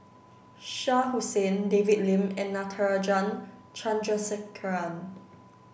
Shah Hussain David Lim and Natarajan Chandrasekaran